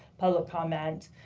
public comment,